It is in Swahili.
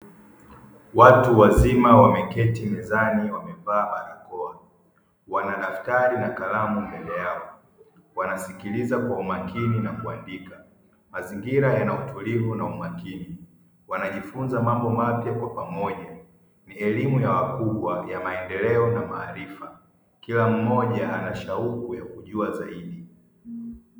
Watu wazima wameketi mezani wamevaa barakoa wana daftari na kalamu mbele yao wanasikiliza kwa umakini na kuandika mazingira yana utulivu na umakini wanajifunza mambo mapya kwa pamoja, ni elimu ya wakubwa ya maendeleo na maarifa kila mmoja ana shauku ya kujua zaidi.